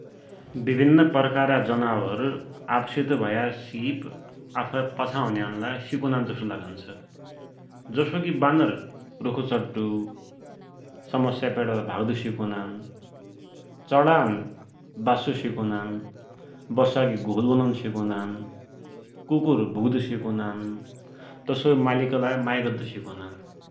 विभिन्न प्रकारका जनावर आफ़सित भया सिप आफ़है पाछा हुन्यान्लाई सिकुनान जसो लागुन्छ। जसोकी बानर सुख चड्डु, समस्या पड्याले भाग्दु सिकुनान, चडान् बास्सु सिकुनान, बस्साकी घोल बनून सिकुनान, कुकुर भुक्दु सिकुनान, तसोई मालिकलाई मायाँ गद्दु सिकुनान ।